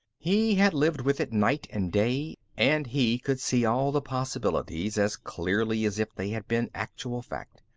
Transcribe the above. he had lived with it night and day and he could see all the possibilities as clearly as if they had been actual fact.